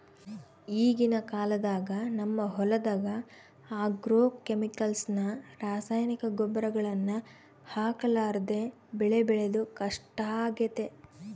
ಈಗಿನ ಕಾಲದಾಗ ನಮ್ಮ ಹೊಲದಗ ಆಗ್ರೋಕೆಮಿಕಲ್ಸ್ ನ ರಾಸಾಯನಿಕ ಗೊಬ್ಬರಗಳನ್ನ ಹಾಕರ್ಲಾದೆ ಬೆಳೆ ಬೆಳೆದು ಕಷ್ಟಾಗೆತೆ